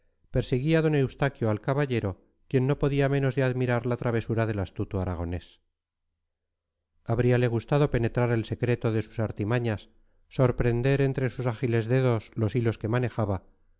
perseguía d eustaquio al caballero quien no podía menos de admirar la travesura del astuto aragonés habríale gustado penetrar el secreto de sus artimañas sorprender entre sus ágiles dedos los hilos que manejaba